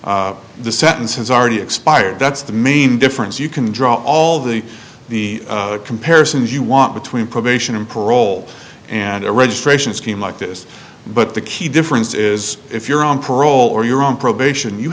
because the sentence has already expired that's the main difference you can draw all the the comparisons you want between probation and parole and a registration scheme like this but the key difference is if you're on parole or you're on probation you